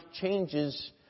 changes